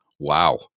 Wow